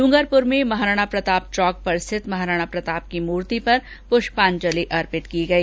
डूंगरपुर में महाराणा प्रताप चौक पर स्थित महाराणा प्रताप की मूर्ति पर पुष्पांजलि अर्पित की गई